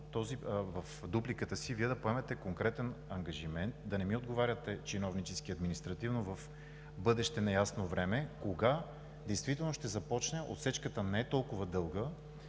в дупликата си Вие да поемате конкретен ангажимент, да не ми отговаряте чиновнически, административно, в бъдеще неясно време, кога действително ще започне. Отсечката не е толкова дълга,